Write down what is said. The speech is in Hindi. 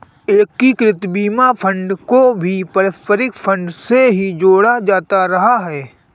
एकीकृत बीमा फंड को भी पारस्परिक फंड से ही जोड़ा जाता रहा है